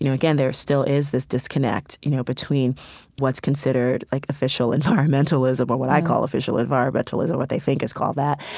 you know again, there still is this disconnect, you know, between what's considered, like, official environmentalism or what i call official environmentalism, what they think is called that,